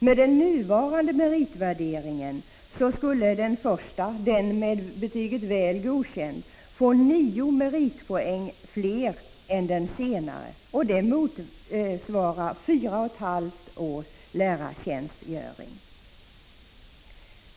Med den nuvarande meritvärderingen skulle den förste, den med betyget Väl godkänd, få nio meritpoäng fler än den senare. Det motsvarar fyra och ett halvt års lärartjänstgöring.